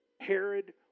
Herod